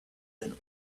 than